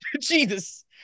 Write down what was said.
Jesus